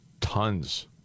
tons